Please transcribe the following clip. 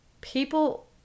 people